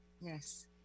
yes